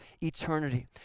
eternity